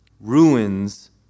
ruins